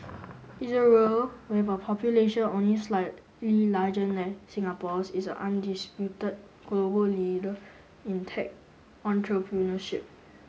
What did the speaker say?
Israel with a population only slightly larger than Singapore's is an undisputed global leader in tech entrepreneurship